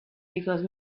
because